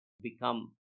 become